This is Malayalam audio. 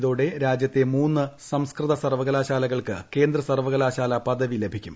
ഇതോടെ രാജ്യത്തെ മൂന്ന് സംസ്കൃത സർവ്വകലാശാലകൾക്ക് കേന്ദ്ര സർവ്വകലാശാല പദവി ലഭിക്കും